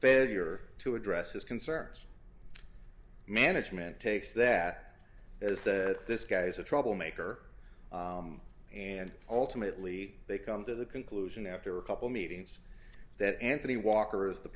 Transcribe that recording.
failure to address his concerns management takes that is that this guy's a troublemaker and ultimately they come to the conclusion after a couple meetings that anthony walker is the